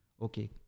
Okay